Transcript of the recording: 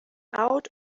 out